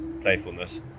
playfulness